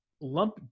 lump